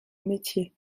métier